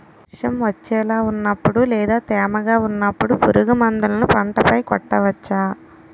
వర్షం వచ్చేలా వున్నపుడు లేదా తేమగా వున్నపుడు పురుగు మందులను పంట పై కొట్టవచ్చ?